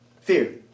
Fear